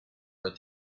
read